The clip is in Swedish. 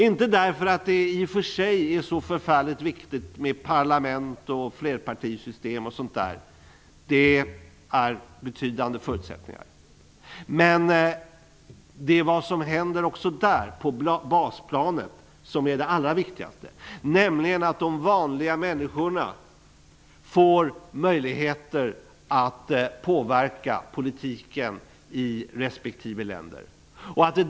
Inte därför att det i och för sig är så viktigt med parlament, flerpartisystem och sådant, även om det är betydande förutsättningar. Men också där är vad som händer på basplanet det allra viktigaste. Det gäller att de vanliga människorna får möjligheter att påverka politiken i respektive länder.